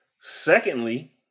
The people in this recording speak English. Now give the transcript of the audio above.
Secondly